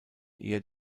eher